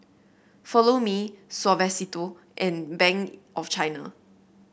Follow Me Suavecito and Bank of China